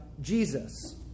Jesus